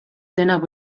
denak